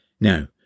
Now